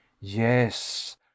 yes